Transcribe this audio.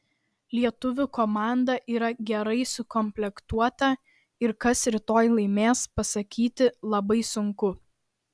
lietuvių komanda yra gerai sukomplektuota ir kas rytoj laimės pasakyti labai sunku